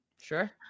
Sure